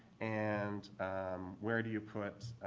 and where do you put